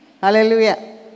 hallelujah